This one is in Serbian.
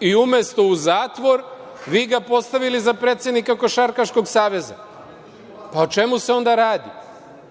i umesto u zatvor, vi ga postavili za predsednika Košarkaškog saveza. Pa, o čemu se onda radi? Vi